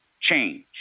change